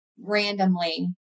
randomly